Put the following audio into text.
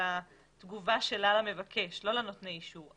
על התגובה שלה למבקש ולא לנותני אישור.